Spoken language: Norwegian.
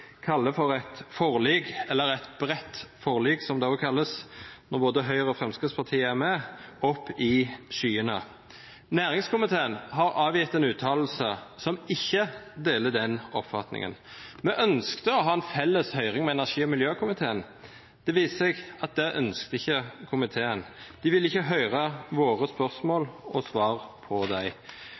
det også kalles, når både Høyre og Fremskrittspartiet er med, opp i skyene. Næringskomiteen har avgitt en uttalelse som ikke deler den oppfatningen. Vi ønsket å ha en felles høring med energi- og miljøkomiteen. Det viste seg at det ønsket ikke komiteen. De ville ikke høre våre spørsmål og svar på